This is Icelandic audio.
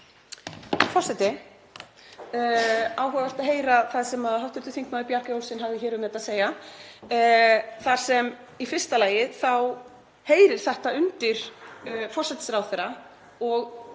þar sem í fyrsta lagi þá heyrir þetta undir forsætisráðherra.